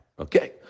okay